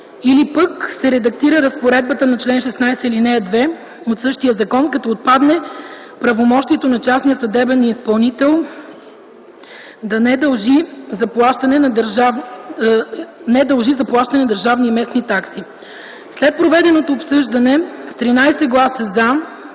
или пък се редактира разпоредбата на чл. 16, ал. 2 от същия закон, като отпадне правомощието на частния съдебен изпълнител да не дължи заплащане на държавни и местни такси. След проведеното обсъждане и гласуване,